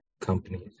companies